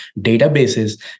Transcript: databases